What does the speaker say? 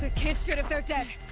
ah can't shoot if they're dead.